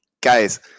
guys